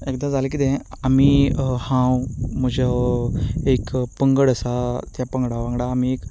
एकदां जालें कितें आमी हांव म्हजो एक पंगड आसा त्या पंगडा वांगडा आमी